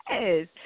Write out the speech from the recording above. Yes